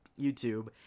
YouTube